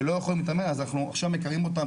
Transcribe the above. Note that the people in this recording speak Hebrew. אנחנו עכשיו מכרים אותם,